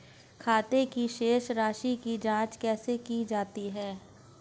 खाते की शेष राशी की जांच कैसे की जाती है?